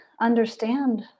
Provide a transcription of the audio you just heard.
understand